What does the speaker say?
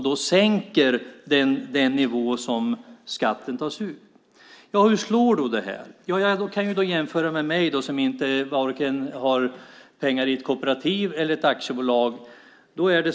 Det sänker den nivå som skatten tas ut på. Hur slår detta? Man kan jämföra med mig som varken har pengar i ett kooperativ eller i ett aktiebolag.